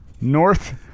north